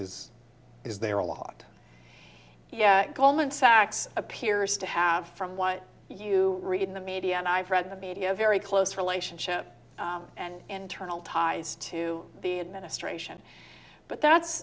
is is there a lot yeah goldman sachs appears to have from what you read in the media and i've read the media very close relationship and internal ties to the administration but that's